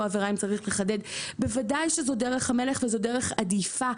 העבירה - אם צריך לחדד בוודאי שזאת דרך המלך וזאת דרך עדיפה.